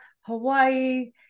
Hawaii